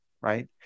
right